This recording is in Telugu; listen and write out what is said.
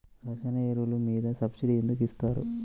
రసాయన ఎరువులు మీద సబ్సిడీ ఎందుకు ఇస్తారు?